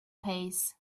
pace